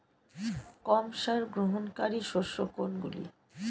কম সার গ্রহণকারী শস্য কোনগুলি?